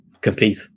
compete